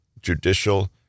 judicial